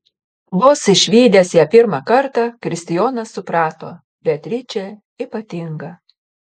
vos išvydęs ją pirmą kartą kristijonas suprato beatričė ypatinga